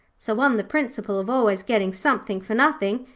so on the principle of always getting something for nothing,